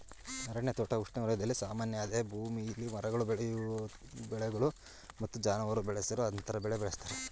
ಅರಣ್ಯ ತೋಟ ಉಷ್ಣವಲಯದಲ್ಲಿ ಸಾಮಾನ್ಯ ಅದೇ ಭೂಮಿಲಿ ಮರಗಳು ಬೆಳೆಗಳು ಮತ್ತು ಜಾನುವಾರು ಬೆಳೆಸಲು ಅಂತರ ಬೆಳೆ ಬಳಸ್ತರೆ